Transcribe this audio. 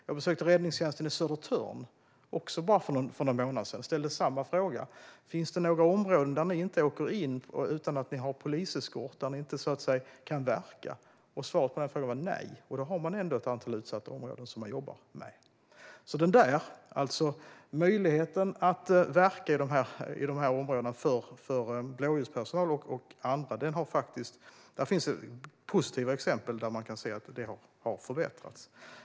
Jag besökte räddningstjänsten i Södertörn också för bara någon månad sedan och ställde samma fråga: Finns det några områden där ni inte åker in utan att ni har polisexport och där ni inte kan verka? Svaret på den frågan var nej. Då har de ändå ett antal utsatta områden som de jobbar med. När det gäller möjligheten att verka i de områdena för blåsljuspersonal och andra ser man positiva exempel där det har förbättrats.